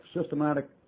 systematic